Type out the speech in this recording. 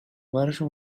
برشون